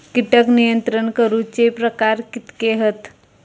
कीटक नियंत्रण करूचे प्रकार कितके हत?